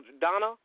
Donna